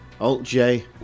Alt-J